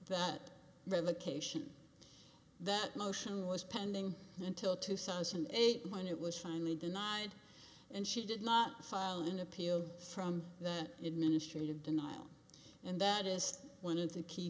that revocation that motion was pending until two thousand and eight when it was finally denied and she did not file an appeal from that administrative denial and that is one of the key